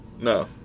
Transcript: no